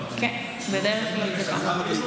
כן, בדרך כלל זה כך.